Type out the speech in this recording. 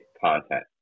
content